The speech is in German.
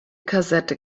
kassette